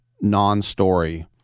non-story